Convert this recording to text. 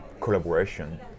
collaboration